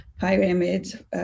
pyramid